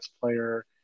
player